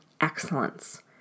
excellence